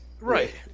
Right